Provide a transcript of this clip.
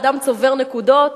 אדם צובר נקודות,